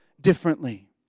differently